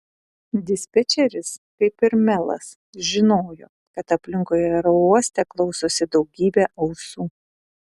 dispečeris kaip ir melas žinojo kad aplinkui aerouoste klausosi daugybė ausų